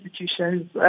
institutions